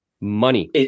Money